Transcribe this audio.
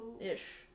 ish